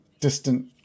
distant